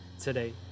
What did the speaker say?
today